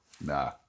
Nah